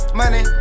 money